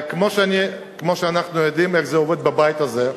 כמו שאנחנו יודעים איך זה עובד בבית הזה,